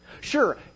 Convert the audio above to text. Sure